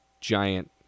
giant